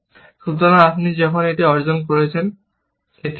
সুতরাং আপনি যখন এটি অর্জন করেছেন এটি সত্য